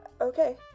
Okay